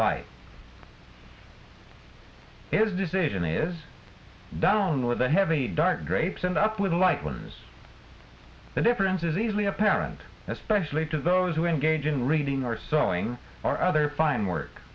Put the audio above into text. light his decision is done with a heavy dark drapes and up with a light was the difference is easily apparent especially to those who engage in reading or sewing or other fine work